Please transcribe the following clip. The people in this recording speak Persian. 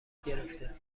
گرفته